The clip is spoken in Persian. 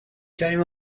کریم